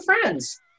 friends